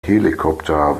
helikopter